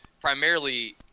primarily